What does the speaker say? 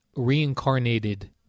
reincarnated